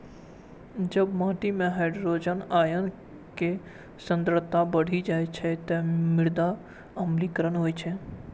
जब माटि मे हाइड्रोजन आयन के सांद्रता बढ़ि जाइ छै, ते मृदा अम्लीकरण होइ छै